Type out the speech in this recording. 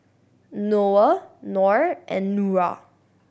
Noah Nor and Nura